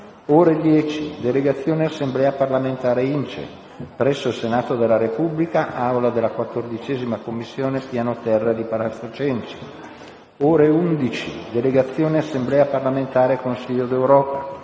ore 10, delegazione Assemblea parlamentare InCE, presso il Senato della Repubblica, aula della 14a Commissione, piano terra di Palazzo Cenci; ore 11, delegazione Assemblea parlamentare Consiglio d'Europa,